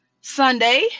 Sunday